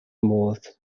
modd